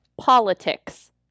politics